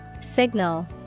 Signal